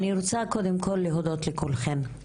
אני רוצה קודם כל להודות לכולכן,